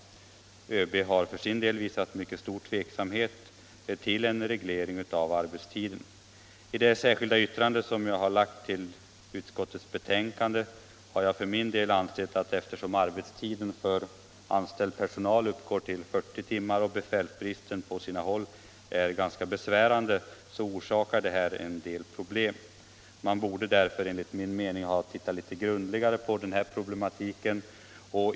Överbefälhavaren har för sin del visat mycket stor tveksamhet till en reglering av arbetstiden. I det särskilda yttrande som jag har fogat vid utskottets betänkande har jag för min del ansett att eftersom arbetstiden för anställd personal uppgår till 40 timmar och befälsbristen på sina håll är ytterst besvärande, så orsakar detta vissa problem. Man borde därför enligt min mening ha studerat den här problematiken litet grundligare.